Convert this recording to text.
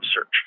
search